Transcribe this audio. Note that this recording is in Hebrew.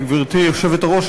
גברתי היושבת-ראש.